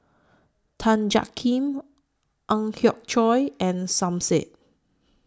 Tan Jiak Kim Ang Hiong Chiok and Som Said